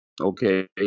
Okay